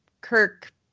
Kirk